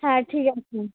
হ্যাঁ ঠিক আছে